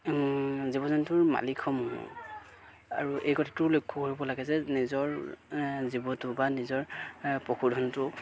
জীৱ জন্তুৰ মালিকসমূহ আৰু এই কথাটোও লক্ষ্য কৰিব লাগে যে নিজৰ জীৱটো বা নিজৰ পশুধনটো